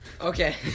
okay